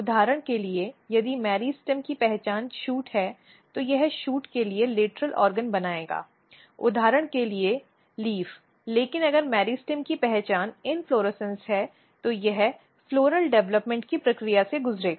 उदाहरण के लिए यदि मेरिस्टेम की पहचान शूट है तो यह शूट के लिए लेटरल ऑर्गन बनाएगा उदाहरण के लिए पत्ती लेकिन अगर मेरिस्टेम की पहचान इन्फ्लोरेसन्स है तो यह पुष्प विकास की प्रक्रिया से गुजरेगा